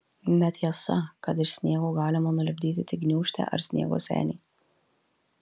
netiesa kad iš sniego galima nulipdyti tik gniūžtę ar sniego senį